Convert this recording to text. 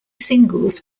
singles